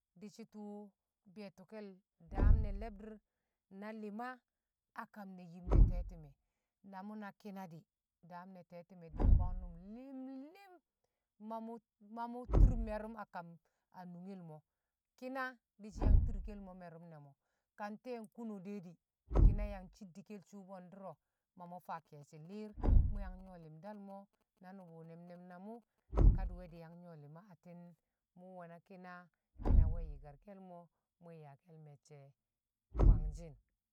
Di̱shi̱ tṵṵ bi̱i̱toke̱l daam ne le̱bdi̱r na li̱ma a kan ne̱ yim ne̱ te̱ti̱me̱ na mṵ na kina di̱ daam ne tetume din mbwang nṵm li̱mli̱m ma mṵ tṵṵr me̱rṵm akam a nungel mo̱ ki̱na di̱shi̱ yang turkel mo̱ me̱rṵm ne̱, ka ntee kono̱ de̱ ki̱na yang shiddi ke̱l sṵṵ bwe̱ndṵ ro̱ ma mṵ faa ke̱e̱shi̱ li̱r mṵ yang nyo̱ li̱mdal mo̱ na nṵbṵ ne̱m- ne̱m na mṵ kadime di̱ yang nyo̱ li̱ma atti̱n mu we̱ na kina, kina we̱ yi̱karke̱l mo̱ mwe̱ ya ake̱l me̱cce̱ kwangshi̱n